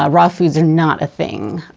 ah raw foods are not a thing.